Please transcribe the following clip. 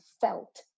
felt